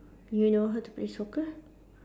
you know how to play soccer